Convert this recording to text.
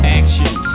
action